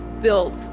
built